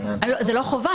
זאת לא חובה.